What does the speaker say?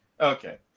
Okay